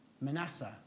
Manasseh